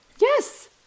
Yes